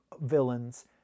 villains